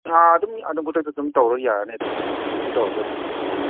ꯑꯥ ꯑꯗꯨꯝ ꯑꯗꯨꯝ ꯈꯨꯗꯛꯇ ꯑꯗꯨꯝ ꯇꯧꯔꯣ ꯌꯥꯔꯅꯤ ꯑꯗꯨꯝ ꯂꯤꯡ ꯇꯧꯔꯒ ꯑꯗꯨꯝ ꯎꯝ